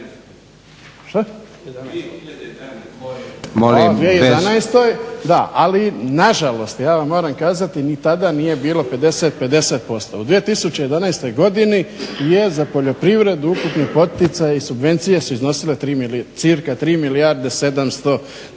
se ne razumije./ … 2011., ali nažalost ja vam moram kazati ni tada nije bilo 50-50%. U 2011.je za poljoprivredu ukupni poticaji i subvencije su iznosile cca 3 milijarde 720